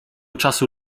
czasu